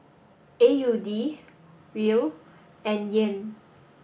A U D Riel and Yen